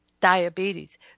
diabetes